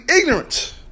ignorant